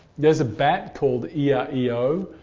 there's a bat called ia ia io.